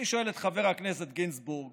אני שואל את חבר הכנסת גינזבורג